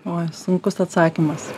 oi sunkus atsakymas